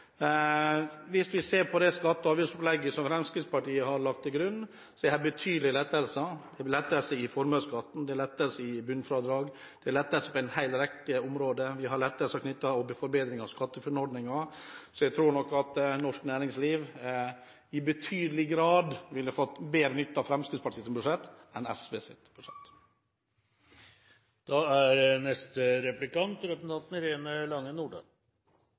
Hvis vi ser på det skatte- og avgiftsopplegget som Fremskrittspartiet har lagt til grunn, er det betydelige lettelser. Det er lettelse i formuesskatten, det er lettelse i bunnfradrag, det er lettelser på en hel rekke områder. Vi har forbedringer av skatteFUNN-ordningen. Jeg tror nok at norsk næringsliv i betydelig grad ville fått mer nytte av Fremskrittspartiets budsjett enn SVs budsjett. Etter at Fremskrittspartiet presenterte sitt alternative budsjett er